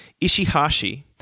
Ishihashi